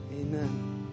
Amen